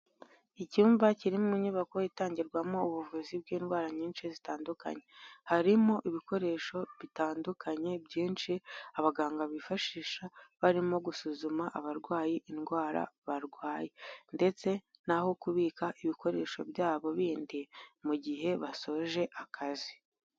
Icyumba kiri mu nyubako itangirwamo ubuvuzi bw'indwara nyinshi zitandukanye, harimo ibikoresho bitandukanye byinshi abaganga bifashisha barimo gusuzuma abarwayi indwara barwaye ndetse n'aho kubika ibikoresho byabo bindi mu gihe basoje akazi.